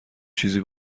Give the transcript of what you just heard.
چیزی